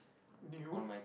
new